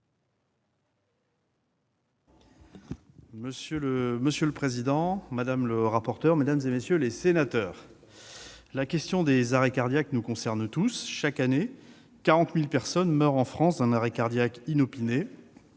Monsieur le président, mesdames, messieurs les sénateurs, la question des arrêts cardiaques nous concerne tous. Chaque année, 40 000 personnes meurent en France d'un arrêt cardiaque inopiné